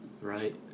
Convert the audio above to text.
right